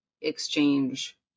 exchange